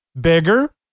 bigger